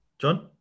John